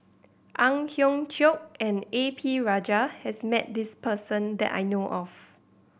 Ang Hiong Chiok and A P Rajah has met this person that I know of